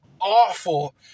awful